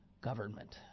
government